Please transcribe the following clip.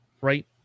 right